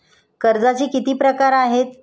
कर्जाचे किती प्रकार आहेत?